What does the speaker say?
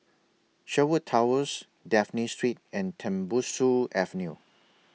Sherwood Towers Dafne Street and Tembusu Avenue